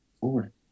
food